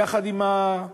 כי יחד עם החרמות